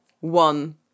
one